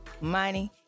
money